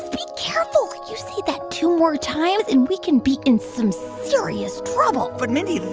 be careful. you say that two more times and we can be in some serious trouble but, mindy,